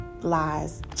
lies